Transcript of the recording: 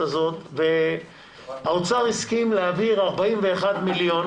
הזאת והאוצר הסכים להעביר 41 מיליון,